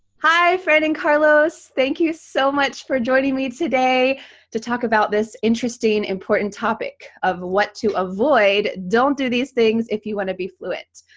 hi fran and carlos, thank you so much for joining me today to talk about this interesting, important topic of what to avoid, don't do these things if you want to be fluent.